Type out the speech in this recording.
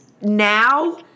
Now